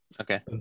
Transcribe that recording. okay